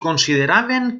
consideraven